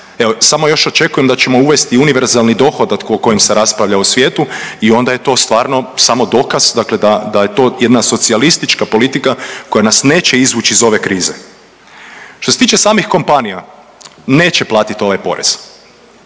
samo još očekujem da ćemo uvesti univerzalni dohodak o kojem se raspravlja u svijetu i onda je to stvarno samo dokaz dakle da je to jedna socijalistička politika koja nas neće izvući iz ove krize. Što se tiče samih kompanija, neće platiti ovaj porez